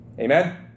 Amen